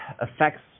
affects